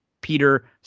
Peter